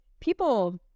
people